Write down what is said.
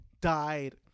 died